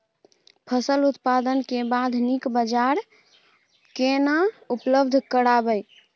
फसल उत्पादन के बाद नीक बाजार केना उपलब्ध कराबै?